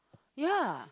ya